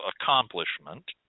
accomplishment